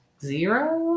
Zero